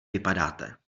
vypadáte